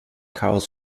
chaos